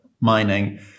mining